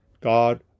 God